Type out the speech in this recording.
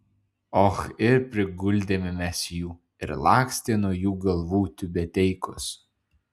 och ir priguldėme mes jų ir lakstė nuo jų galvų tiubeteikos